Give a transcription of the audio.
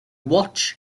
watch